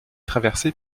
traversée